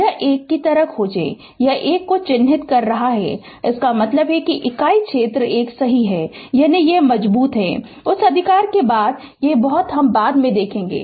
यह 1 खोजें कि यह 1 को चिह्नित कर रहा है इसका मतलब है कि इकाई क्षेत्र 1 सही है यानी ये मज्बुत है उस अधिकार के बाद बहुत बाद में देखेंगे